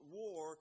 war